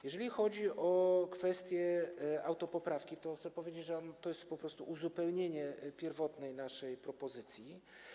Jeżeli chodzi o kwestię autopoprawki, to chcę powiedzieć, że to jest po prostu uzupełnienie pierwotnej naszej propozycji.